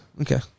Okay